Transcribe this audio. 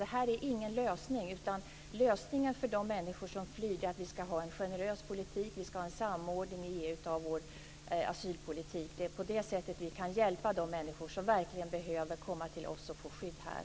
Detta är ingen lösning. Lösningen för de människor som flyr är att vi ska ha en generös politik och en samordning i EU av vår asylpolitik. Det är på det sättet vi kan hjälpa de människor som verkligen behöver komma till oss och få skydd här.